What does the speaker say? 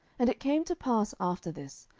and it came to pass after this,